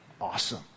awesome